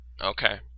Okay